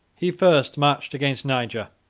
he first marched against niger,